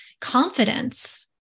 confidence